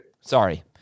Sorry